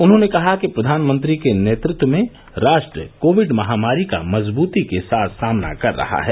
उन्होंने कहा कि प्रधानमंत्री के नेतृत्व में राष्ट्र कोविड महामारी का मजबूती के साथ सामना कर रहा है